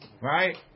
Right